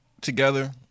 together